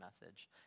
message